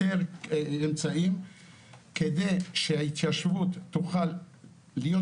יותר אמצעים כדי שההתיישבות תוכל להיות